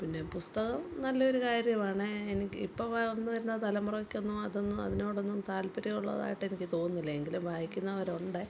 പിന്നെ പുസ്തകം നല്ല ഒരു കാര്യമാണ് എനിക്ക് ഇപ്പം വളർന്നു വരുന്ന തലമുറക്ക് ഒന്നും അതൊന്നും അതിനോടൊന്നും താൽപര്യം ഉള്ളതായിട്ട് എനിക്ക് തോന്നുന്നില്ല എങ്കിലും വായിക്കുന്നവരുണ്ട്